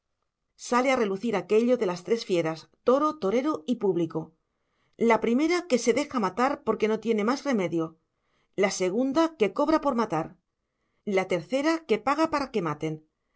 sale a relucir aquello de las tres fieras toro torero y público la primera que se deja matar porque no tiene más remedio la segunda que cobra por matar la tercera que paga para que maten